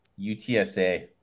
UTSA